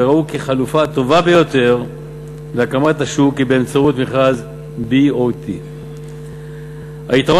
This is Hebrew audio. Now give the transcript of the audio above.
וראו כי החלופה הטובה ביותר להקמת השוק היא באמצעות מכרז BOT. היתרון